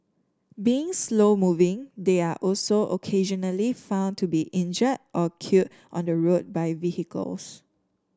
being slow moving they are also occasionally found to be injured or killed on the road by vehicles